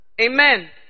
Amen